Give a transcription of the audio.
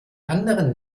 anderen